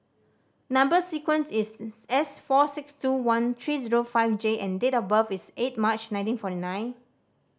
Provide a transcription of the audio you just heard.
number sequence is S four six two one three zero five J and date of birth is eight March nineteen forty nine